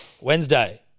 Wednesday